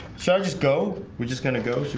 so just go. we're just gonna go.